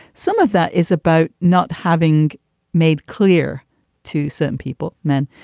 some of that is about not having made clear to certain people, men,